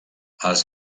els